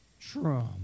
Trump